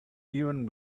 even